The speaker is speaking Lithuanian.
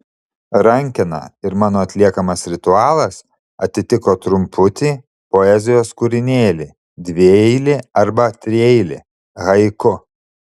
rankena ir mano atliekamas ritualas atitiko trumputį poezijos kūrinėlį dvieilį arba trieilį haiku